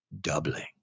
doubling